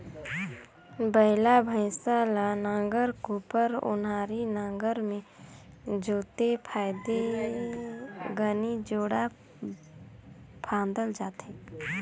बइला भइसा ल नांगर, कोपर, ओन्हारी नागर मे जोते फादे घनी जोड़ा फादल जाथे